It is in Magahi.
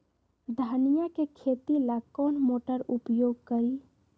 धनिया के खेती ला कौन मोटर उपयोग करी?